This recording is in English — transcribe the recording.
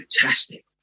fantastic